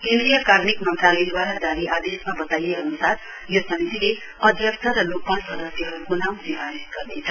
केन्द्रीय कार्मिक मन्त्रालयद्वारा जारी आदेशमा वताइए अनुसार यो समितिले अध्यक्ष र लोकपाल सदस्यहरुको नाउँ सिफारिश गर्नेछ